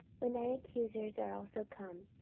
when thine accusers are also come.